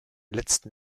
letzten